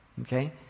Okay